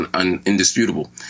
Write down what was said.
indisputable